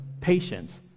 patience